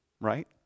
Right